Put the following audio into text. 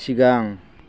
सिगां